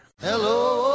Hello